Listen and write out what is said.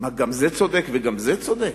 גם זה צודק וגם זה צודק?